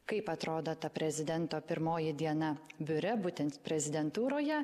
kaip atrodo ta prezidento pirmoji diena biure būtent prezidentūroje